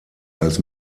als